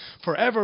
forever